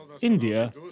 India